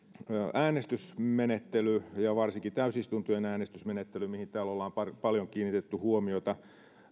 äänestysmenettely ja varsinkin täysistuntojen äänestysmenettely mihin täällä ollaan paljon kiinnitetty huomiota